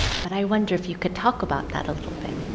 but i wonder if you could talk about that a little bit.